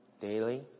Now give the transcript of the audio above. daily